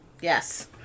yes